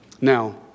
Now